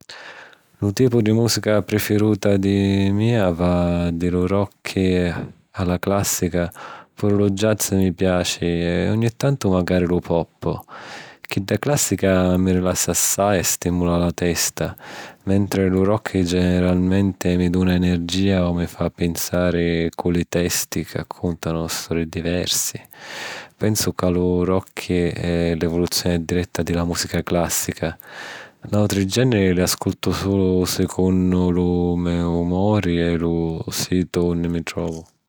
Lu tipu di mùsica prifiruta di mia va di lu rockky a la clàssica. Puru lu jazz mi piaci e ogni tantu macari lu pop. Chidda clàssica mi rilassa assai e stìmula la testa, mentri lu rockky generalmenti mi duna energìa o mi fa pinsari cu li testi ca cùntanu stori diversi. Pensu ca lu rockky è l’evoluzioni diretta di la mùsica clàssica. L'àutri gèneri li ascutu sulu secunnu lu me umuri o lu situ unni mi trovu.